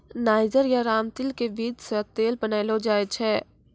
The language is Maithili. नाइजर या रामतिल के बीज सॅ तेल बनैलो जाय छै